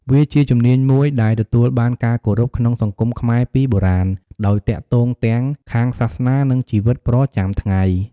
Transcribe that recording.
វាជាជំនាញមួយដែលទទួលបានការគោរពក្នុងសង្គមខ្មែរពីបុរាណ ដោយទាក់ទងទាំងខាងសាសនា និងជីវិតប្រចាំថ្ងៃ។